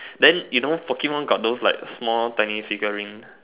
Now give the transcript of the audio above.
then you know Pokemon got those like small tiny figurine